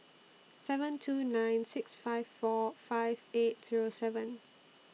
seven two nine six five four five eight Zero seven